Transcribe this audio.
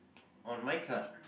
on my card